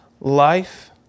life